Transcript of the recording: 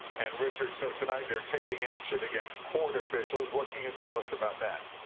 and, richard, so tonight they're taking action against court officials. what can you tell us about that?